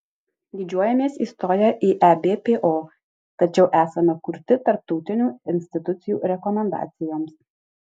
didžiuojamės įstoję į ebpo tačiau esame kurti tarptautinių institucijų rekomendacijoms